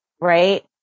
right